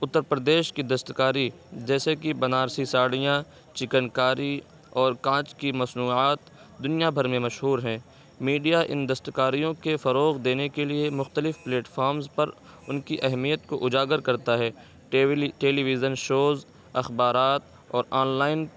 اترپردیش کی دستکاری جیسے کہ بنارسی ساڑیاں چکن کاری اور کانچ کی مصنوعات دنیا بھر میں مشہور ہے میڈیا ان دستکاریوں کے فروغ دینے کے لیے مختلف پلیٹ فامرز پر ان کی اہمیت کو اجاگر کرتا ہے ٹیلیویژن شوز اخبارات اور آن لائن